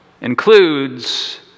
includes